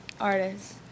artists